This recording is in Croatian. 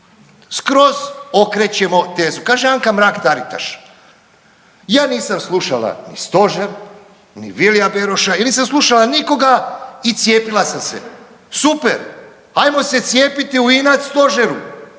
Skroz okrećemo tezu. Kaže Anka Mrak-Taritaš ja nisam slušala ni stožer, ni Vilija Beroša, ja nisam slušala nikoga i cijepila sam se. Super, ajmo se cijepiti u inat stožeru